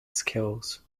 skills